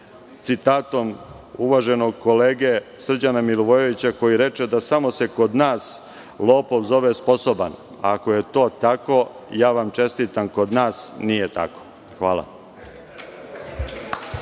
citatom uvaženog kolege Srđana Milivojevića, koji reče da samo se kod nas lopov zove sposoban. Ako je to tako, ja vam čestitam. Kod nas nije tako. Hvala.